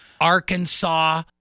Arkansas